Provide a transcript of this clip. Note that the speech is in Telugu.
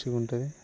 మంచిగా ఉంటుంది